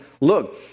look